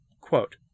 Quote